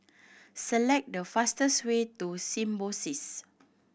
select the fastest way to Symbiosis